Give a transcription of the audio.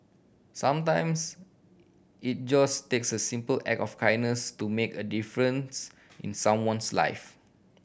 sometimes it just takes a simple act of kindness to make a difference in someone's life